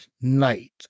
night